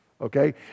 Okay